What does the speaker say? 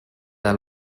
del